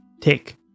take